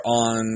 on